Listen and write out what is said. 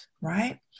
right